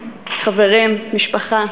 חברים, משפחה,